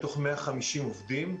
מתוך 150 עובדים,